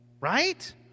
Right